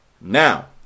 Now